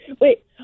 Wait